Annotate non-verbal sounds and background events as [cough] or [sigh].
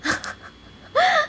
[laughs] [breath]